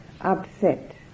upset